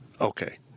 okay